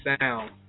sound